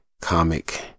comic